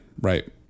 Right